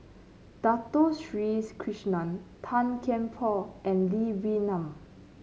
Dato Sri Krishna Tan Kian Por and Lee Wee Nam